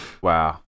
Wow